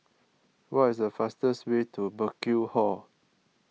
what is the fastest way to Burkill Hall